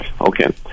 Okay